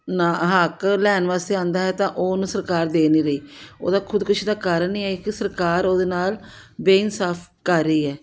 ਨਾ ਹੱਕ ਲੈਣ ਵਾਸਤੇ ਆਉਂਦਾ ਹੈ ਤਾਂ ਉਹ ਉਹਨੂੰ ਸਰਕਾਰ ਦੇ ਨਹੀਂ ਰਹੀ ਉਹਦਾ ਖੁਦਕੁਸ਼ੀ ਦਾ ਕਾਰਨ ਇਹ ਹੈ ਕਿ ਸਰਕਾਰ ਉਹਦੇ ਨਾਲ ਬੇਇਨਸਾਫੀ ਕਰ ਰਹੀ ਹੈ